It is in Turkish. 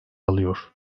alıyor